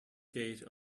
gate